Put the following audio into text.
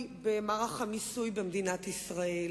פעלו ותרמו למדינה בכל תחומי החיים.